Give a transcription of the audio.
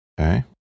Okay